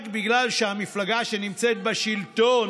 רק בגלל שהמפלגה שנמצאת בשלטון,